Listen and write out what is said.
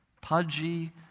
Pudgy